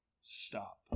Stop